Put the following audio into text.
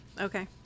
Okay